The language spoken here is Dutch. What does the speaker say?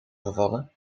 gevallen